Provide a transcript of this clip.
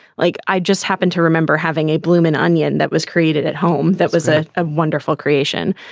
like, i just happened to remember having a bloomin onion that was created at home. that was ah a wonderful creation.